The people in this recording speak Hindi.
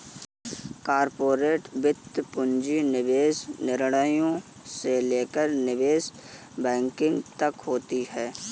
कॉर्पोरेट वित्त पूंजी निवेश निर्णयों से लेकर निवेश बैंकिंग तक होती हैं